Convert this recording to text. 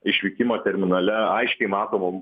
išvykimo terminale aiškiai matomų